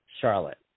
Charlotte